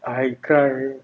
I cry